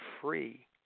free